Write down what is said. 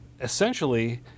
essentially